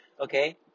okay